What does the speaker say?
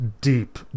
deep